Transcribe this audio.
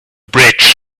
bridge